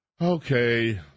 Okay